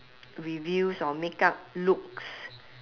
reviews or makeup looks